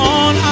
on